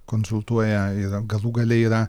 konsultuoja ir galų gale yra